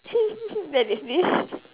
that is this